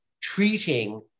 treating